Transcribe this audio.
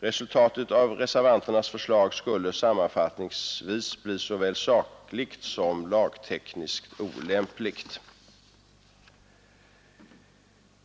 Resultatet av reservanternas förslag skulle sammanfattningsvis bli såväl sakligt som lagtekniskt olämpligt.